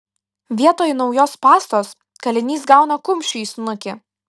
vietoj naujos pastos kalinys gauna kumščiu į snukį